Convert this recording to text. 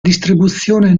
distribuzione